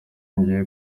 ngiye